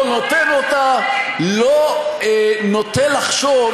לא נותן אותה ולא נוטה לחשוב,